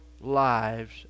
lives